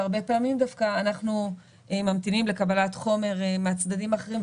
והרבה פעמים דווקא אנחנו ממתינים לקבלת חומר מהצדדים האחרים,